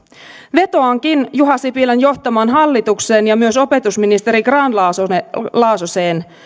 vetoankin juha sipilän johtamaan hallitukseen ja myös opetusministeri grahn laasoseen